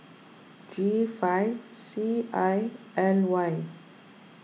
G five C I L Y